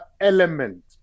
element